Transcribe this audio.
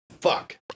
fuck